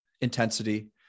intensity